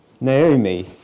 Naomi